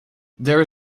there